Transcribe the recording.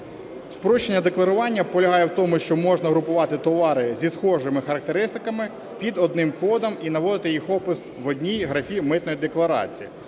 Спрощення декларування полягає в тому, що можна групувати товари зі схожими характеристиками під одним кодом і наводити їх опис в одній графі митної декларації.